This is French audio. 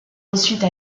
ensuite